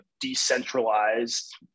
decentralized